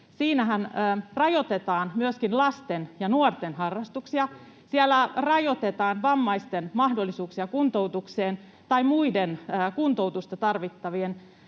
rajoitetaan myöskin lasten ja nuorten harrastuksia. Siellä rajoitetaan vammaisten tai muiden kuntoutusta tarvitsevien